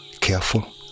careful